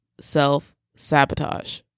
self-sabotage